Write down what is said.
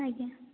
ଆଜ୍ଞା